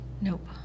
Nope